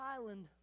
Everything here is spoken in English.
island